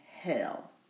hell